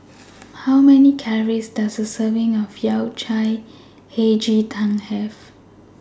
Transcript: How Many Calories Does A Serving of Yao Cai Hei Ji Tang Have